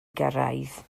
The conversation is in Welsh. gyrraedd